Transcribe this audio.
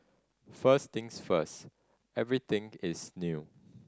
first things first everything is new